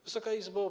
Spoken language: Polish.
Wysoka Izbo!